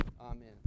Amen